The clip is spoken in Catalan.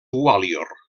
gwalior